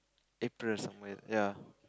April somewhere ya